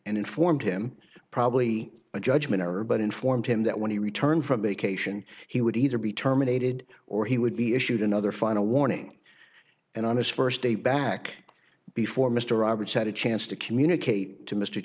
and informed him probably a judgment error but informed him that when he returned from vacation he would either be terminated or he would be issued another final warning and on his first day back before mr roberts had a chance to communicate to m